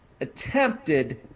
Attempted